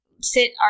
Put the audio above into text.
sit